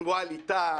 עם ווליד טאהא,